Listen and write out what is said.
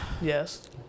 Yes